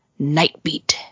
Nightbeat